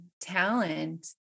talent